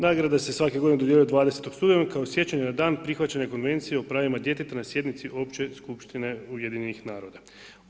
Nagrade se svake godine dodjeljuje 20. studenog kao sjećanje na dan prihvaćanja Konvencije o pravima djeteta na sjednici opće skupštine UN-a.